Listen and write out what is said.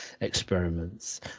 experiments